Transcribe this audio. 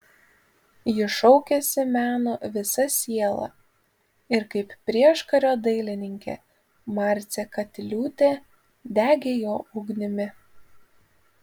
ji šaukėsi meno visa siela ir kaip prieškario dailininkė marcė katiliūtė degė jo ugnimi